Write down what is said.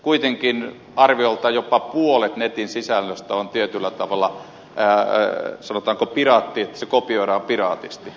kuitenkin arviolta jopa puolet netin sisällöstä on tietyllä tavalla sanotaanko piraattia että se kopioidaan piraatisti